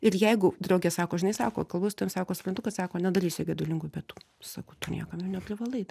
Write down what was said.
ir jeigu draugė sako žinai sako kalbu su tavim sako suprantu kad sako nedarysiu gedulingų pietų sakau tu niekam ir neprivalai